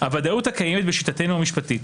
הוודאות הקיימת בשיטתנו המשפטית,